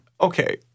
Okay